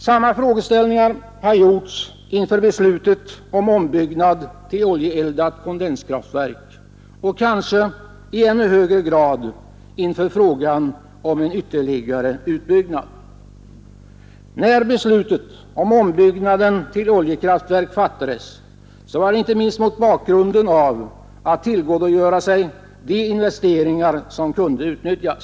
Samma frågeställningar har gjorts inför beslutet om ombyggnad till oljeeldat kondenskraftverk och kanske i ännu högre grad inför frågan om en ytterligare utbyggnad. Beslutet om ombyggnaden till oljekraftverk fattades inte minst mot bakgrunden av att man ville utnyttja de redan gjorda investeringarna.